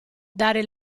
dare